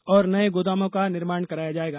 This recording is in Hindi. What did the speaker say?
और नये गोदामों का निर्माण कराया जायेगा